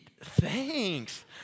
thanks